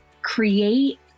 create